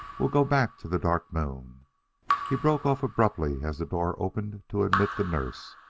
we'll go back to the dark moon he broke off abruptly as the door opened to admit the nurse.